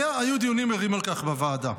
היו דיונים ערים על כך בוועדה.